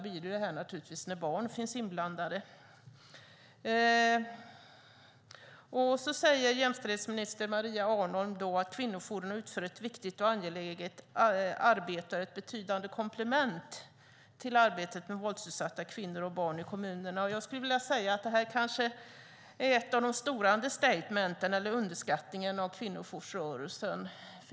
Värst är det förstås när barn är inblandade. Jämställdhetsminister Maria Arnholm säger att kvinnojourerna utför ett viktigt och angeläget arbete och är ett betydande komplement i arbetet med våldsutsatta kvinnor och barn i kommunerna. Det är en stor underskattning av kvinnojoursrörelsen.